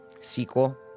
sequel